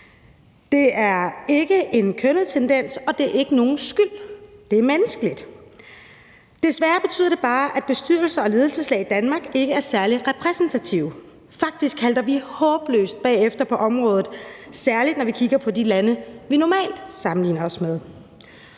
Det er ikke en kønnet tendens, og det er ikke nogens skyld; det er menneskeligt. Desværre betyder det bare, at bestyrelser og ledelseslag i Danmark ikke er særlig repræsentative. Faktisk halter vi håbløst bagefter på området, særlig når vi kigger på de lande, vi normalt sammenligner os med.